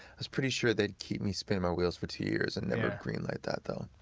i was pretty sure they'd keep me spinning my wheels for two years and never greenlight that though.